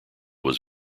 was